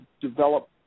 develop